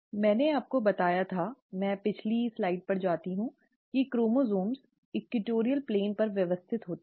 मैंने आपको बताया था मैं पिछली स्लाइड पर जाती हूं कि क्रोमोसोम इक्वेटोरियल प्लेन पर व्यवस्थित होते हैं